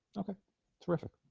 okay terrific